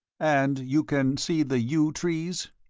and you can see the yew trees?